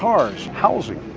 cars, housing.